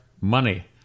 money